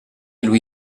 lui